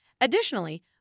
Additionally